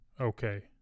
Okay